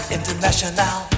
International